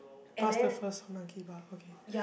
plus the first Monkey Bar okay